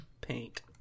paint